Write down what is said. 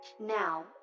Now